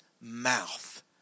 mouth